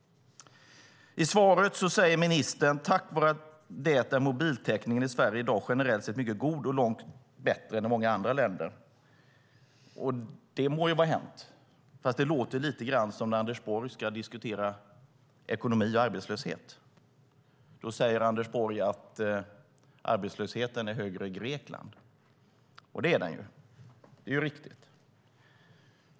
I svaret säger ministern: "Tack vare det är mobiltäckningen i Sverige i dag generellt sett mycket god och långt bättre än i många andra länder." Det må vara hänt, fast det låter lite grann som när Anders Borg ska diskutera ekonomi och arbetslöshet. Då säger Anders Borg att arbetslösheten är högre i Grekland. Och det är den ju. Det är riktigt.